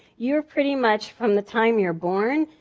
you're pretty much, from the time you're born,